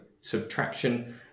subtraction